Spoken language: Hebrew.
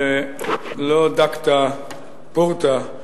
ולא דקת פורתא,